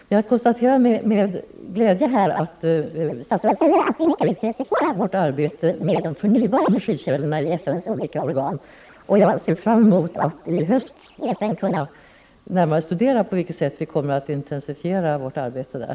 Jag konstaterar med glädje statsrådets uttalande att vi i FN:s olika organ skall intensifiera vårt arbete med de förnybara energikällorna, och jag ser fram emot att i höst i FN närmare kunna studera på vilket sätt vi kan intensifiera vårt arbete där.